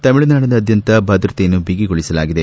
ತಮಿಳುನಾಡಿನಾದ್ಯಂತ ಭದ್ರತೆಯನ್ನು ಬಿಗಿಗೊಳಿಸಲಾಗಿದೆ